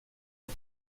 aux